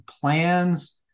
plans